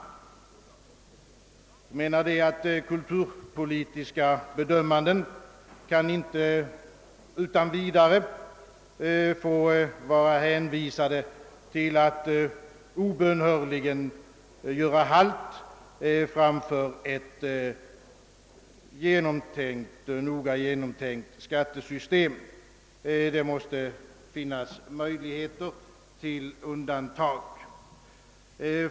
Jag menar, att kulturpolitiska bedömanden inte utan vidare skall vara hänvisade till att obönhörligen göra halt framför ett noga genomtänkt skattesystem. Det måste finnas möjligheter till undantag.